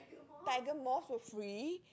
tiger moth for free